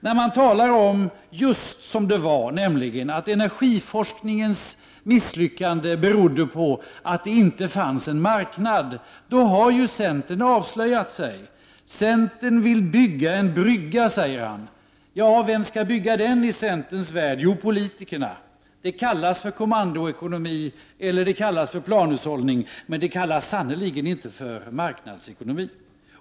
När man berättar just som det var, nämligen att energiforskningens misslyckande berodde på att det inte fanns en marknad för den, då avslöjar sig centern. Ivar Franzén säger att centern vill bygga en brygga. Vem skall bygga den i centerns värld? Jo, politikerna. Det kallas för kommandoekonomi eller planhushållningsekonomi och sannerligen inte för marknadsekonomi.